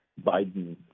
Biden